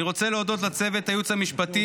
אני רוצה להודות לצוות הייעוץ המשפט,